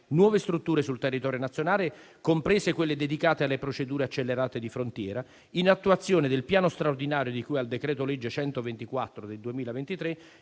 nuove strutture sul territorio nazionale, comprese quelle dedicate alle procedure accelerate di frontiera, in attuazione del piano straordinario di cui al decreto-legge n. 124 del 2023,